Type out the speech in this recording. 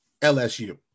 LSU